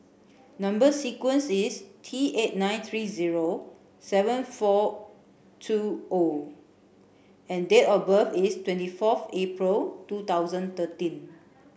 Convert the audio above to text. number sequence is T eight nine three zero seven four two O and date of birth is twenty forth April two thousand thirteen